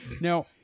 Now